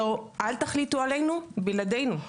אל תחליטו עלינו בלעדינו.